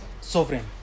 sovereign